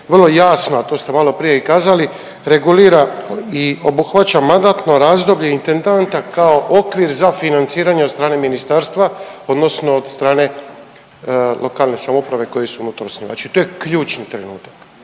vrlo jasno, a to ste maloprije i kazali regulira i obuhvaća mandatno razdoblje intendanta kao okvir za financiranje od strane ministarstva odnosno od strane lokalne samouprave koji su mu to osnivači. I to je ključni trenutak.